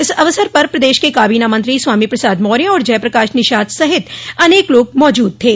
इस अवसर पर प्रदेश के काबीना मंत्री स्वामी प्रसाद मौर्य और जय प्रकाश निषाद सहित अनेक लोग मौजूद थे